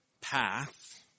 path